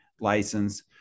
license